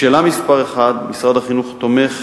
1. משרד החינוך תומך